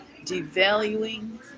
devaluing